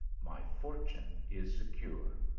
my fortune is secure.